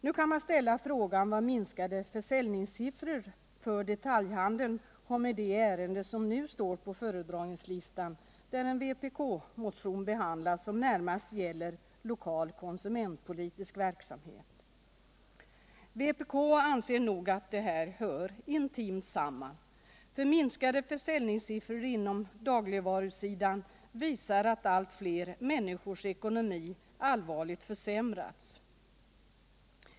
Nu kan man ställa frågan vad minskade försäljningssiffror för detaljhandeln har att göra med det ärende som nu står på föredragningslistan, där en vpk-motion behandlas som närmast gäller lokal konsumentpolitisk verksamhet. Vpk anser nog att det här hör intimt samman. Minskade försäljningssiffror på dagligvarusidan visar att allt fler människors ekonomi allvarligt försämrats.